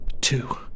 two